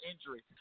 injury